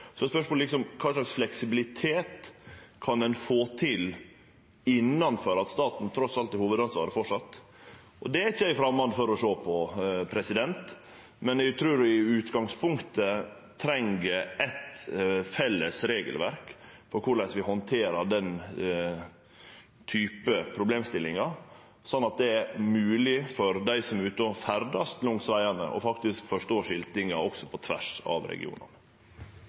at staten trass i alt framleis har hovudansvaret? Det er ikkje eg framand for å sjå på, men eg trur vi i utgangspunktet treng eit felles regelverk for korleis vi handterer den typen problemstillingar, slik at det er mogleg for dei som er ute og ferdast langs vegane, å forstå skiltinga også på tvers av regionane.